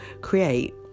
create